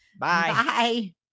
bye